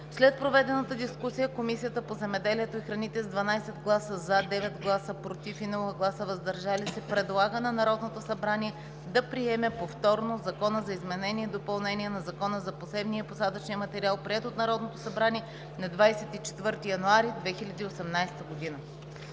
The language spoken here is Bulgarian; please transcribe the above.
След проведената дискусия, Комисията по земеделието и храните: с 12 гласа „за“, 9 гласа „против“ и без „въздържали се“ предлага на Народното събрание да приеме повторно Закона за изменение и допълнение на Закона за посевния и посадъчния материал, приет от Народното събрание на 24 януари 2018 г.“